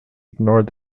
ignored